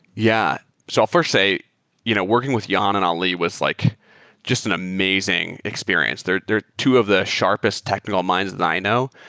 yeah. so i'll fi rst say you know working with ion and ali was like just an amazing experience. they're they're two of the sharpest technical minds that i know,